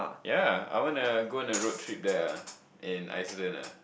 ya I wanna go on a road trip there in Iceland ah